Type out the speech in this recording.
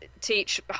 teach